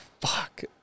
fuck